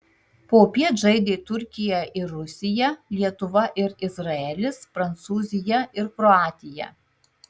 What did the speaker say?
popiet žaidė turkija ir rusija lietuva ir izraelis prancūzija ir kroatija